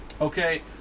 okay